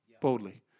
boldly